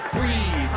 Breathe